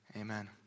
amen